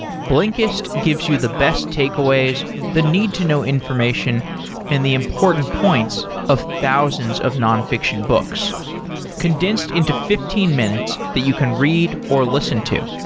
blinkist gives you the best takeaways, the need to know information and the important points of thousands of nonfiction books condensed into fifteen minutes that you can read or listen to.